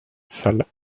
salle